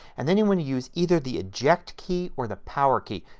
and then you want to use either the eject key or the power key.